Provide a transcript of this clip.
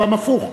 פעם הפוך.